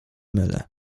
mylę